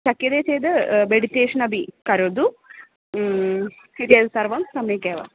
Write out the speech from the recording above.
शक्यते चेत् मेडिटेषन् अपि करोतु डिटेल् सर्वं सम्यक् एव